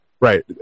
Right